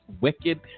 wicked